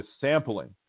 sampling